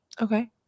Okay